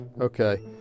Okay